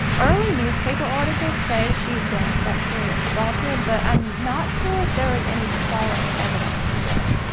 early newspaper articles said she'd been sexually assaulted, but i'm not sure if there was any solid evidence of this.